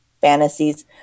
fantasies